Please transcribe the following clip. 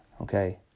Okay